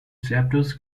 chapters